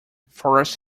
forest